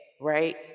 right